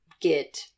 get